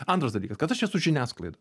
antras dalykas kad aš esu žiniasklaida